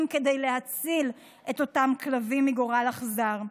צריך להירשם בתור לדיור ציבורי,